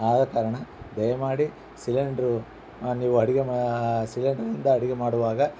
ಆದ ಕಾರಣ ದಯಮಾಡಿ ಸಿಲಿಂಡ್ರು ನೀವು ಅಡುಗೆ ಮಾ ಸಿಲಿಂಡ್ರಿನಿಂದ ಅಡುಗೆ ಮಾಡುವಾಗ